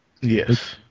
Yes